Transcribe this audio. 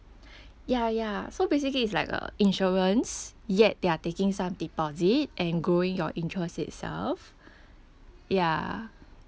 ya ya so basically it's like uh insurance yet they're taking some deposit and growing your interest itself ya